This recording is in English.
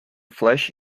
flesh